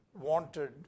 wanted